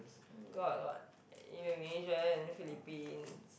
got got Indonesian Philippines